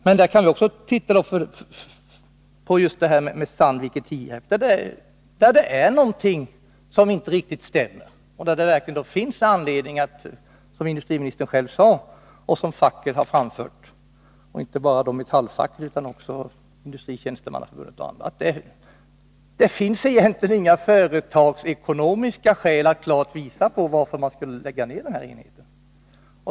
Men se på Sandvik i Tierp. Där är det någonting som inte riktigt stämmer. Det finns egentligen inte heller — som industriministern själv sade och som också metallfacket, och även Industritjänstemannaförbundet och andra, har framhållit — några företagsekonomiska skäl för ett nedläggande av enheten.